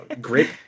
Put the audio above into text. Great